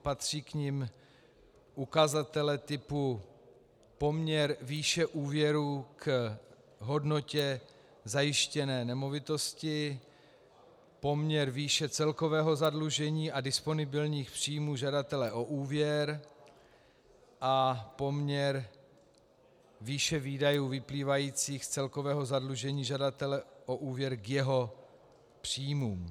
Patří k nim ukazatele typu poměr výše úvěrů k hodnotě zajištěné nemovitosti, poměr výše celkového zadlužení a disponibilních příjmů žadatele o úvěr a poměr výše výdajů vyplývajících z celkového zadlužení žadatele o úvěr k jeho příjmům.